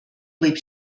võib